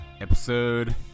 Episode